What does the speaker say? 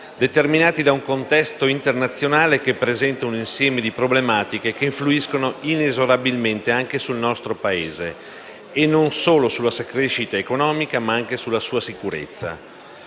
determinati da un contesto internazionale che presenta un insieme di problematiche che influiscono inesorabilmente anche sul nostro Paese, e non solo sulla sua crescita economica ma anche sulla sua sicurezza.